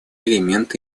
элемент